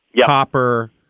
copper